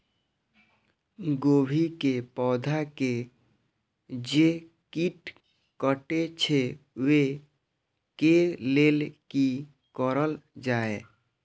गोभी के पौधा के जे कीट कटे छे वे के लेल की करल जाय?